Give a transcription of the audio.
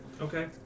Okay